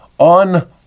On